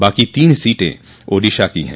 बाको तीन सीटें ओडिसा की हैं